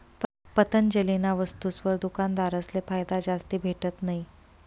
पतंजलीना वस्तुसवर दुकानदारसले फायदा जास्ती भेटत नयी